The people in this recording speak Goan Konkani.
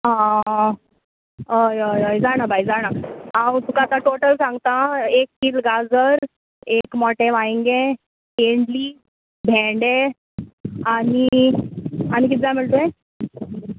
आं हय हय जाणा बाय जाणा हांव तुका आतां टॉटल सांगता एक किल गाजर एक मोठें वांयगें तेंडली भेंडे आनी आनी कितें जाय म्हणलें तुवें